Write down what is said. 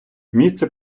місце